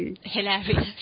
hilarious